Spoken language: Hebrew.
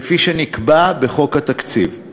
כפי שנקבע בחוק התקציב.